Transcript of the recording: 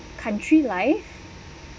country life